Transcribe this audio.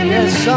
Yes